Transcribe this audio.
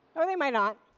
or they might not.